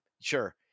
Sure